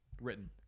Written